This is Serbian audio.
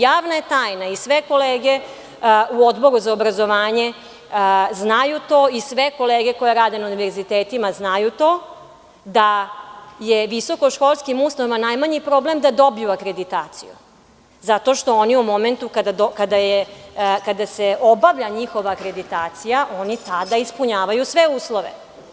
Javna je tajna i sve kolege u Odboru za obrazovanje znaju to i sve kolege koje rade na univerzitetima znaju to, da je visoko školskim ustanovama najmanji problem da dobiju akreditaciju, zato što oni u momentu kada se obavlja njihova akreditacija oni tada ispunjavaju sve uslove.